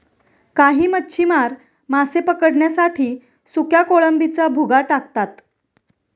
काही मच्छीमार मासे पकडण्यासाठी सुक्या कोळंबीचा भुगा टाकतात